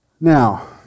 Now